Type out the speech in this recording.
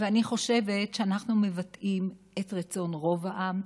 ואני חושבת שאנחנו מבטאים את רצון רוב העם,